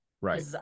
right